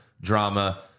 drama